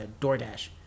doordash